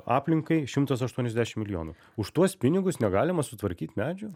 aplinkai šimtas aštuoniasdešim milijonų už tuos pinigus negalima sutvarkyt medžių